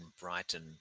Brighton